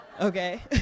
Okay